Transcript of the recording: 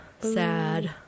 Sad